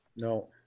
No